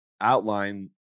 outline